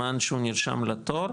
בזמן שהוא נרשם לתור,